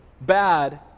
bad